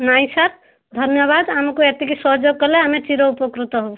ନାଇ ସାର୍ ଧନ୍ୟବାଦ ଆମକୁ ଏତିକି ସହଯୋଗ କଲେ ଆମେ ଚିର ଉପକୃତ ହେବୁ